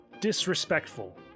disrespectful